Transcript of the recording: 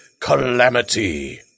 Calamity